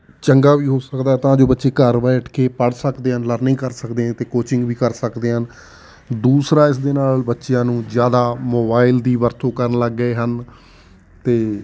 ਚੰਗਾ ਵੀ ਹੋ ਸਕਦਾ ਤਾਂ ਜੋ ਬੱਚੇ ਘਰ ਬੈਠ ਕੇ ਪੜ੍ਹ ਸਕਦੇ ਆ ਲਰਨਿੰਗ ਕਰ ਸਕਦੇ ਅਤੇ ਕੋਚਿੰਗ ਵੀ ਕਰ ਸਕਦੇ ਹਨ ਦੂਸਰਾ ਇਸ ਦੇ ਨਾਲ ਬੱਚਿਆਂ ਨੂੰ ਜ਼ਿਆਦਾ ਮੋਬਾਈਲ ਦੀ ਵਰਤੋਂ ਕਰਨ ਲੱਗ ਗਏ ਹਨ ਅਤੇ